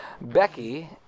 Becky